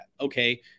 Okay